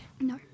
No